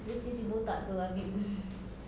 imagine si botak itu ambil